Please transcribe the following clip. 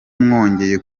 mwongeye